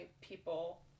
people